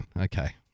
Okay